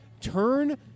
turn